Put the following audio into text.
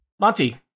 Monty